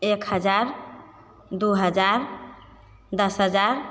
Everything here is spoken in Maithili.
एक हजार दुइ हजार दस हजार